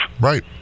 Right